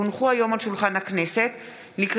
כי הונחה היום על שולחן הכנסת,